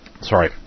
sorry